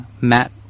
Matt